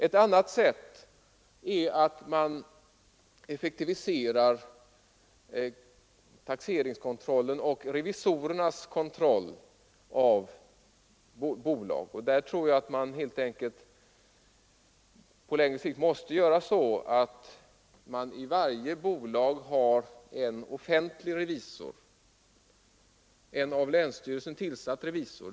Ett annat sätt är att effektivisera taxeringskontrollen och revisorernas kontroll av bolag och där tror jag att det på längre sikt helt enkelt måste bli så att det i varje bolag finns en offentlig, av länsstyrelsen tillsatt revisor.